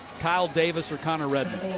kyle davis or connor redmond.